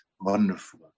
wonderful